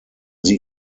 sie